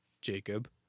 Jacob